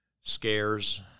scares